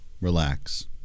Relax